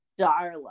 Darla